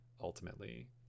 ultimately